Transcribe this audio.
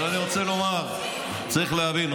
אבל אני רוצה לומר: צריך להבין,